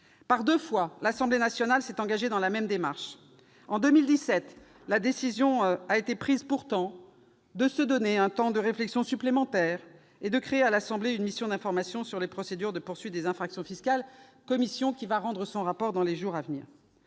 Par deux fois, l'Assemblée nationale s'est engagée dans la même démarche. Pourtant, en 2017, décision a été prise de se donner un temps de réflexion supplémentaire. Nos collègues députés ont créé une mission d'information commune sur les procédures de poursuite des infractions fiscales, commission qui rendra son rapport dans les jours à venir.